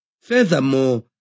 Furthermore